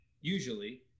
usually